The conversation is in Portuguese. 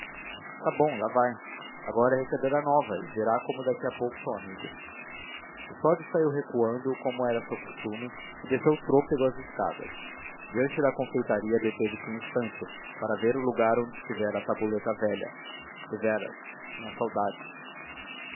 dela está bom lá vai agora é receber a nova e verá como daqui a pouco são amigos custódio saiu recuando como era seu costume e desceu trôpego as escadas diante da confeitaria deteve-se um instante para ver o lugar onde estivera a tabuleta velha deveras tinha saudades